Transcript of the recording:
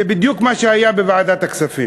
זה בדיוק מה שהיה בוועדת הכספים.